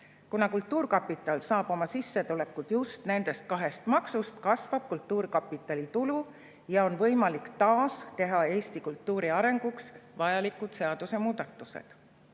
Kuna kultuurkapital saab oma sissetulekud just nendest kahest maksust, kasvab kultuurkapitali tulu ja on võimalik taas teha Eesti kultuuri arenguks vajalikud seadusemuudatused.